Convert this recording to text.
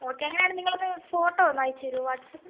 okay അങ്ങനെയാണെങ്കിൽ നിങ്ങളൊന്നു photo ഒന്നയച്ചു തരുവോ വാട്ട്സ്ആപ്പില്